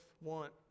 want